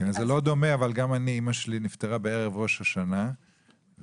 זה לא דומה אבל גם אימא שלי נפטרה בערב ראש השנה ואפילו